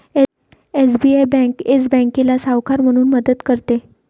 SBI bank Yes बँकेला सावकार म्हणून मदत करते